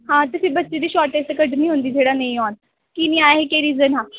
हां ते बच्चे दी शॉर्टेज ते कड्ढनी होंदी जेह्ड़ा नेईं आन की नी आए हे केह् रीज़न हा